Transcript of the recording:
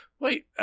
wait